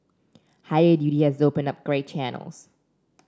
higher duty has opened up grey channels